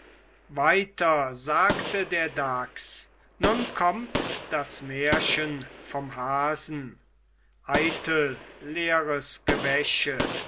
weiter sagte der dachs nun kommt das märchen vom hasen eitel leeres gewäsche